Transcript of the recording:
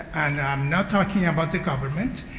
and i'm not talking about the government,